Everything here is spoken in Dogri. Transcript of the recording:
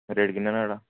रेट किन्ना नुआढ़ा